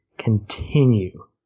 continue